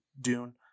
Dune